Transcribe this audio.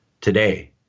today